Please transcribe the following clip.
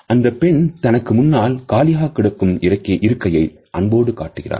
அந்தப் பெண் தனக்கு முன்னால் காலியாகக் கிடக்கும் இருக்கையை அன்போடு காட்டுகிறார்